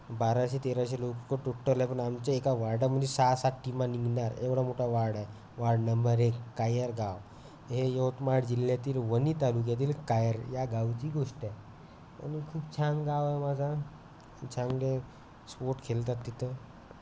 बाराशे तेराशे लोक टोटल आहे पण आमच्या एका वार्डामध्ये सहा सात टीमा निघणार एवढा मोठा वार्ड आहे वार्ड नंबर एक कायरगाव हे यवतमाळ जिल्ह्यातील वणी तालुक्यातील कायर या गावची गोष्ट आहे आणि खूप छान गाव आहे माझा चांगले स्पोर्ट खेळतात तिथं